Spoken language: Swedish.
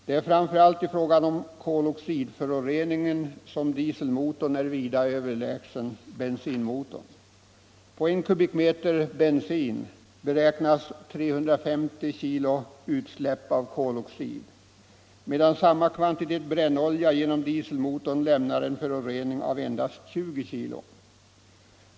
Det är framför allt i fråga om koloxidföroreningen som dieselmotorn är vida överlägsen bensinmotorn. På en kubikmeter bensin beräknas att det blir ett utsläpp av 350 kg koloxid, medan samma kvantitet brännolja i dieselmotorn endast ger en förorening på 20 kg.